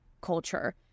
culture